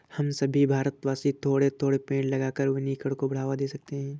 हम सभी भारतवासी थोड़े थोड़े पेड़ लगाकर वनीकरण को बढ़ावा दे सकते हैं